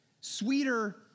sweeter